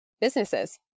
businesses